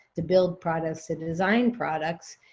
to build products, to design products,